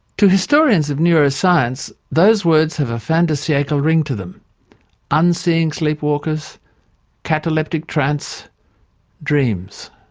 to historians of neuroscience, those words have a fin de siecle ring to them unseeing sleepwalkers cataleptic trance dreams.